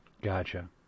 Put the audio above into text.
Gotcha